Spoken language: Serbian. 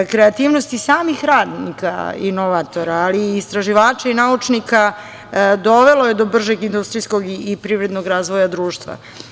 Kreativnost i samih radnika inovatora, ali i istraživači i naučnika dovelo je do bržeg industrijskog i privrednog razvoja društva.